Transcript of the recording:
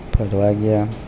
ફરવા ગયા